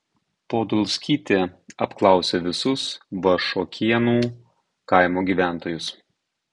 podolskytė apklausė visus vašuokėnų kaimo gyventojus